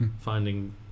finding